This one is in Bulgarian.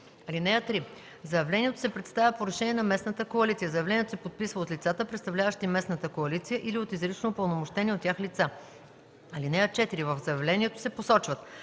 (3) Заявлението се представя по решение на местната коалиция. Заявлението се подписва от лицата, представляващи местната коалиция, или от изрично упълномощени от тях лица. (4) В заявлението се посочват: